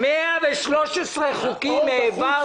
113 חוקים העברנו.